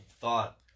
thought